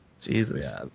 Jesus